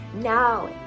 now